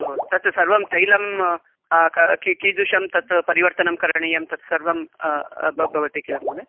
ओ तत् सर्वं तैलं की की कीदृशं तत् परिवर्तनं करणीयं तत् सर्वं भ भवति किल महोदय